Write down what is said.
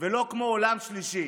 ולא כמו עולם שלישי.